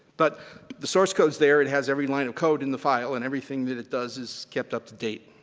but the source code's there, it has every line of code in the file, and everything that it does is kept up to date.